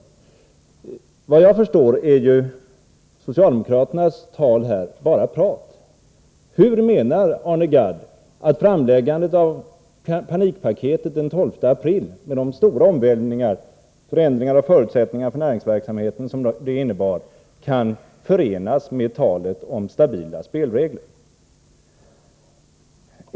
Såvitt jag förstår är socialdemokraternas tal här bara tomt prat. Hur menar Arne Gadd att framläggandet av panikpaketet den 12 april med de stora omvälvningar av förutsättningarna för näringsverksamhet som det innebar, kan förenas med talet om stabila spelregler?